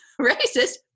racist